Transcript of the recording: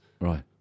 right